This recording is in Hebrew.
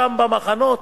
שם במחנות,